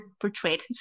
portrayed